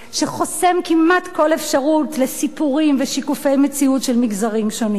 שחוסם כמעט כל אפשרות לסיקורים ושיקופי מציאות של מגזרים שונים.